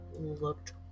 looked